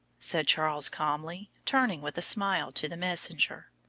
said charles calmly, turning with a smile to the messenger.